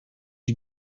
you